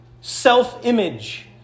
self-image